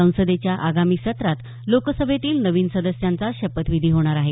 संसदेच्या आगामी सत्रात लोकसभेतील नवीन सदस्यांचा शपथविधी होणार आहे